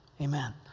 amen